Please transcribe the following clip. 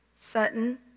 Sutton